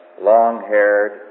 long-haired